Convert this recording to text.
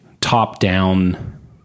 top-down